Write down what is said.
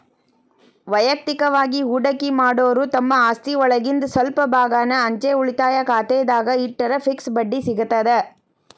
ವಯಕ್ತಿಕವಾಗಿ ಹೂಡಕಿ ಮಾಡೋರು ತಮ್ಮ ಆಸ್ತಿಒಳಗಿಂದ್ ಸ್ವಲ್ಪ ಭಾಗಾನ ಅಂಚೆ ಉಳಿತಾಯ ಖಾತೆದಾಗ ಇಟ್ಟರ ಫಿಕ್ಸ್ ಬಡ್ಡಿ ಸಿಗತದ